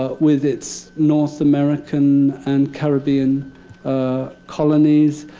ah with its north american and caribbean ah colonies.